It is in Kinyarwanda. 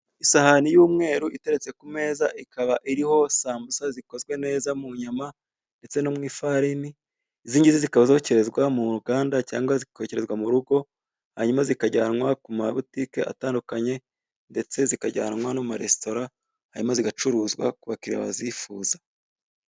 Isahani y'umweru iteretse ku meza ikaba iriho sambusa zikozwe neza mu nyama ndetse no mu ifarini. Izingizi zikaba zokerezwa mu ruganda cyangwa zikokerezwa mu rugo hanyuma zikajyanwa ku mabutike atandukanye ndetse zikajyanwa no mu maresitora hanyuma zigacuruzwa ku bakiriya bazifuya.